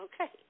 Okay